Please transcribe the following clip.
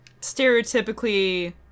stereotypically